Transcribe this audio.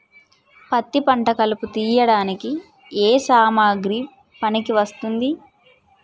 పత్తి పంట కలుపు తీయడానికి ఏ సామాగ్రి పనికి వస్తుంది?